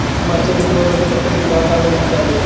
मरचा के तोड़ बदे प्रत्येक बिगहा क लोग चाहिए?